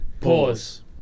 Pause